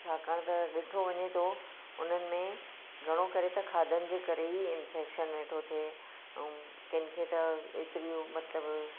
छाकाणि त ॾिठो वञे थो उन्हनि में घणो करे त खाधनि जे करे ई इन्फेक्शन वेठो थिए ऐं किनि खे त एतिरियूं मतिलब